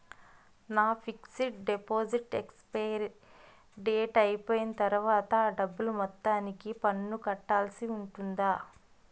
నా fixed deposit expiry date అయిపోయిన తర్వాత అ డబ్బు మొత్తానికి పన్ను కట్టాల్సి ఉంటుందా?